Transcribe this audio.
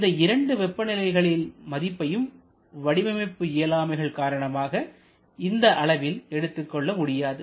இந்த இரண்டு வெப்பநிலைகளின் மதிப்புகளையும் வடிவமைப்பு இயலாமைகள் காரணமாக இந்த அளவில் எடுத்துக்கொள்ள முடியாது